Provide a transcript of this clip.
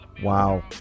Wow